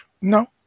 No